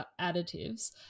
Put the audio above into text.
additives